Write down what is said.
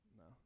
no